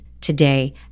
today